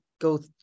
go